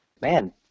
man